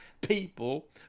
people